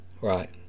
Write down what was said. Right